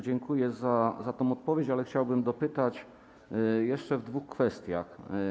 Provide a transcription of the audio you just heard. Dziękuję za tę odpowiedź, ale chciałbym dopytać jeszcze w dwóch kwestiach.